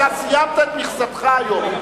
אתה סיימת את מכסתך היום.